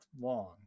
long